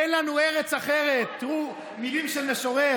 אין לנו ארץ אחרת, תראו, מילים של משורר,